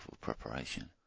preparation